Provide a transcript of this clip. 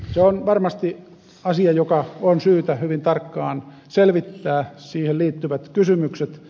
se on varmasti asia joka on syytä hyvin tarkkaan selvittää siihen liittyvät kysymykset